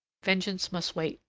vengeance must wait.